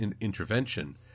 intervention